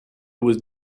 with